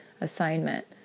assignment